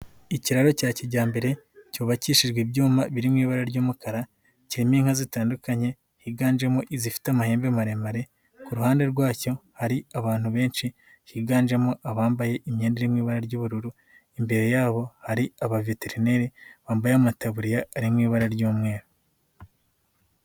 Ikiraro cya kijyambere cyubakishijwe ibyuma biri mu ibara ry'umukara, kirimo inka zitandukanye higanjemo izifite amahembe maremare, ku ruhande rwacyo hari abantu benshi higanjemo abambaye imyenda iri mu ibara ry'ubururu, imbere yabo hari abaveterineri bambaye amataburiya ari mu ibara ry'umweru.